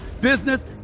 business